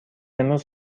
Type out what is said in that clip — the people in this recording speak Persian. امروز